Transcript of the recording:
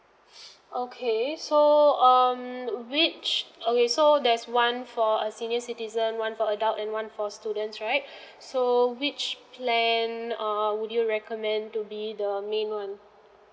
okay so um which okay so there's one for a senior citizen one four adult and one for students right so which plan err would you recommend to be the main [one]